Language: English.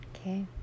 okay